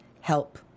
help